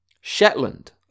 Shetland